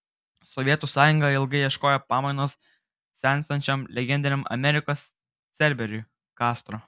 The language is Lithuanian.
sovietų sąjunga ilgai ieškojo pamainos senstančiam legendiniam amerikos cerberiui kastro